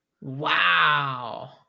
Wow